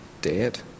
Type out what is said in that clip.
Dead